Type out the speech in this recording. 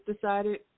decided